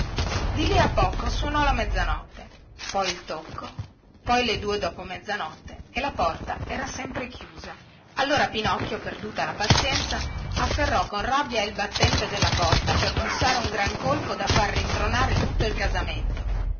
di lì a poco suonò la mezzanotte poi il tocco poi le due dopo mezzanotte e la porta era sempre chiusa allora pinocchio perduta la pazienza afferrò con rabbia il battente della porta per bussare un gran colpo da far rintronare tutto il casamento